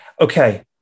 Okay